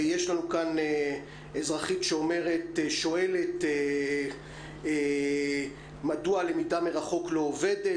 יש לנו כאן אזרחית ששואלת מדוע הלמידה מרחוק לא עובדת,